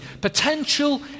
Potential